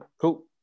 Cool